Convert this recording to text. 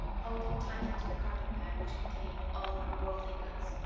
holding tightly to the carpet-bag which contained all her worldly goods,